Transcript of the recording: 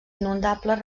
inundables